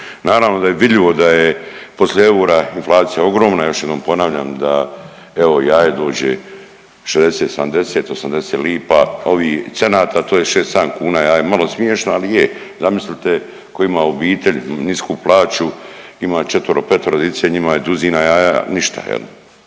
Naravno da je vidljivo da je poslije eura inflacija ogromna, još jednom ponavljam da evo, jaje dođe 60, 70, 80 lipa, ovih, cenata, to je 6, 7 kuna jaje, malo smiješno, ali je, zamislite tko ima obitelj, nisku plaću, ima četvero, petoro dice, njima je duzina jaja ništa, je